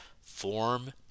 Form